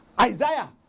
Isaiah